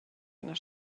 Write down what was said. einer